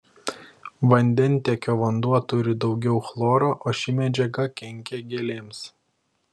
vandentiekio vanduo turi daugiau chloro o ši medžiaga kenkia gėlėms